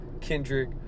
Kendrick